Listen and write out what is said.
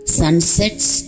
sunsets